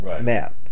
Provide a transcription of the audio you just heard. man